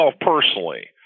personally